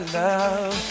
love